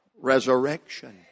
resurrection